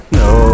no